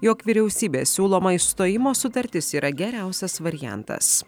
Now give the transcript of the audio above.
jog vyriausybės siūloma išstojimo sutartis yra geriausias variantas